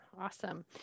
awesome